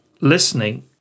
listening